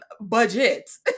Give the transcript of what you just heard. budgets